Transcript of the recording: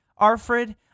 Arfred